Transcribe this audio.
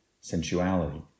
sensuality